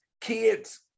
kids